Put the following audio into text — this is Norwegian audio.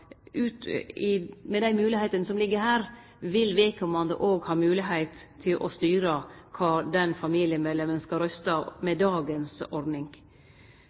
med dei moglegheitene som ligg her, vil vedkomande ha moglegheit til å styre kva den familiemedlemmen skal røyste, òg med dagens ordning.